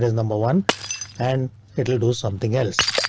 number one and it will do something else.